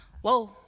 Whoa